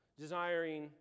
desiring